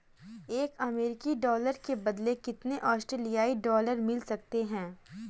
एक अमेरिकी डॉलर के बदले कितने ऑस्ट्रेलियाई डॉलर मिल सकते हैं?